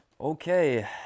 okay